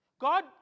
God